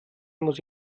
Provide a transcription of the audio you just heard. muss